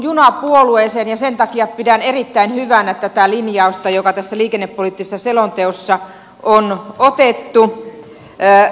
kuulun junapuolueeseen ja sen takia pidän erittäin hyvänä tätä linjausta joka tässä liikennepoliittisessa selonteossa on otettu